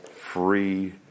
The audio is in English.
free